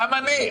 גם אני.